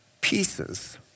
pieces